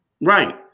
Right